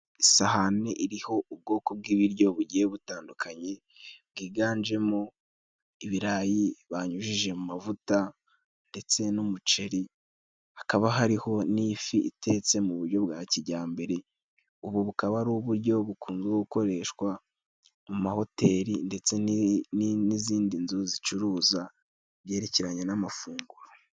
Isahani iriho ubwoko bw'ibiryo bugiye butandukanye .Bwiganjemo ibirayi banyujije mu mavuta ndetse n'umuceri ,hakaba hariho n'ifi itetse mu buryo bwa kijyambere. Ubu bukaba ari uburyo bukunzwe gukoreshwa mu ma hoteli ndetse n'izindi nzu zicuruza ibyerekeranye n'amafunguro.